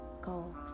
goals